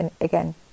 again